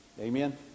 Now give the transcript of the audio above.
Amen